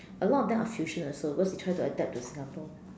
a lot of them are fusion also because they try to adapt to Singapore